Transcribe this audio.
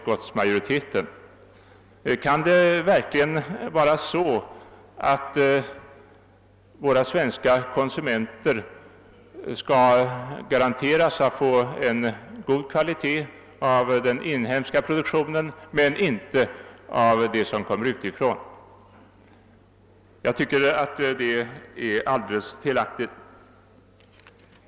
Kan det verkligen vara så att de svenska konsumenterna skall garanteras att få en god kvalitet av den inhemska produktionen men inte av det som kommer utifrån? Jag tycker att det är alldeles felaktigt.